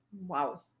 Wow